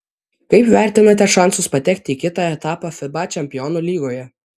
kaip vertinate šansus patekti į kitą etapą fiba čempionų lygoje